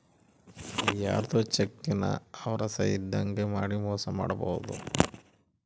ಯಾರ್ಧೊ ಚೆಕ್ ನ ಅವ್ರ ಸಹಿ ಇದ್ದಂಗ್ ಮಾಡಿ ಮೋಸ ಮಾಡೋದು